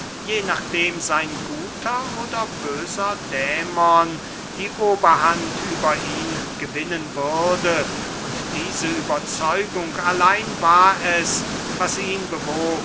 je nachdem sein guter oder böser dämon die oberhand über ihn gewinnen würde und diese überzeugung allein war es was ihn bewog